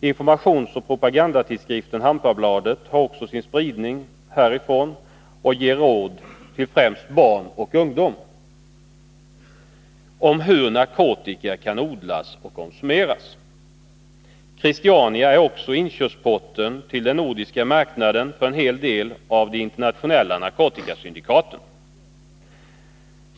Informationsoch propagandatidskriften Hampabladet har också sin spridning härifrån och ger råd till främst barn och ungdom om hur narkotika kan odlas och konsumeras. Christiania är också inkörsporten till den nordiska marknaden för en hel del av de internationella narkotikasyndikaten.